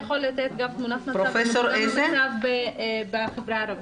יכול לתת את תמונת המצב בחברה הערבית.